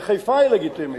בחיפה היא לגיטימית.